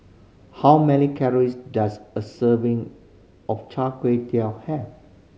how many calories does a serving of chai gui have